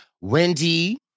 Wendy